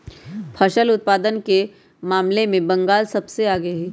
फसल उत्पादन के मामले में बंगाल सबसे आगे हई